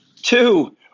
Two